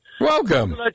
Welcome